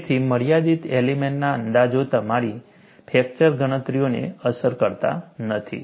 જેથી મર્યાદિત એલિમેન્ટના અંદાજો તમારી ફ્રેક્ચર ગણતરીઓને અસર કરતા નથી